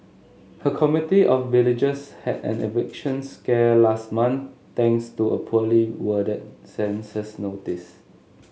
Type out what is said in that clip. her community of villagers had an eviction scare last month thanks to a poorly worded census notice